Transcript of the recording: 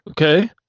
Okay